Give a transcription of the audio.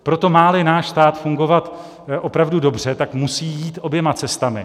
Proto máli náš stát fungovat opravdu dobře, musí jít oběma cestami.